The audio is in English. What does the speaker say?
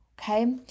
okay